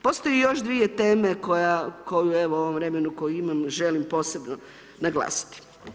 Postoje još dvije teme koje u ovom vremenu koji imam želim posebno naglasiti.